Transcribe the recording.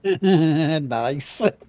Nice